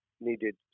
needed